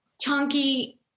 Chunky